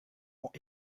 ont